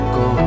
go